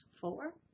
four